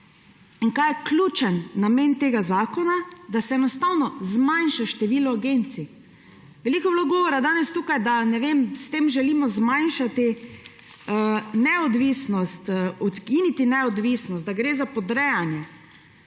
Kaj je ključni namen tega zakona? Da se enostavno zmanjša število agencij. Veliko je bilo govora danes tukaj, da s tem želimo zmanjšati neodvisnost, ukiniti neodvisnost, da gre za podrejanje.